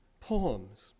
poems